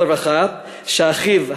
שאחיו,